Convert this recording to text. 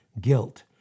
guilt